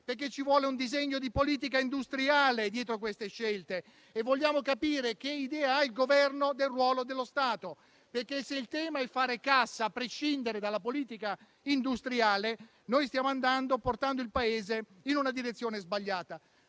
perché ci vuole un disegno di politica industriale dietro queste scelte; vogliamo anche capire che idea ha il Governo del ruolo dello Stato, perché, se il tema è fare cassa a prescindere dalla politica industriale, stiamo portando il Paese in una direzione sbagliata.